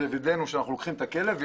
וידאנו שאנחנו לוקחים את הכלב,